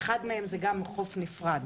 אחד מהם זה גם חוף נפרד.